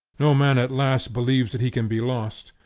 no man at last believes that he can be lost,